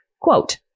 quote